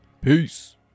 Peace